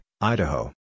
Idaho